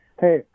Hey